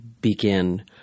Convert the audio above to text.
begin